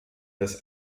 des